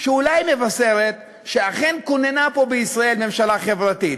שאולי מבשרת שאכן כוננה פה בישראל ממשלה חברתית.